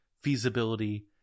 feasibility